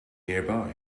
nearby